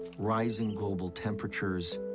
rising global temperatures,